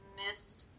missed